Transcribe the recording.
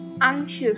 anxious